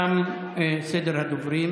תם סדר הדוברים.